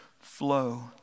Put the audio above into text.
flow